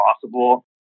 possible